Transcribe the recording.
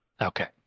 Okay